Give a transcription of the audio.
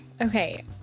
Okay